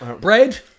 Bread